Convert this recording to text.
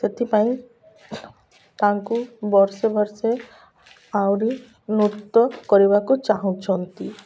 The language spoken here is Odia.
ସେଥିପାଇଁ ତାଙ୍କୁ ବର୍ଷେ ବର୍ଷେ ଆହୁରି ନୃତ୍ୟ କରିବାକୁ ଚାହୁଁଛନ୍ତି